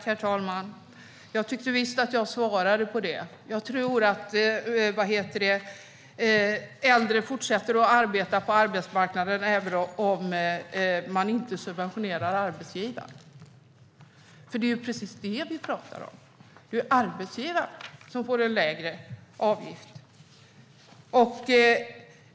Herr talman! Jag tycker visst att jag svarade på det. Jag tror att äldre fortsätter att arbeta på arbetsmarknaden även om man inte subventionerar arbetsgivaren. Det är ju precis det vi pratar om, att det är arbetsgivaren som får en lägre avgift.